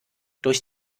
durch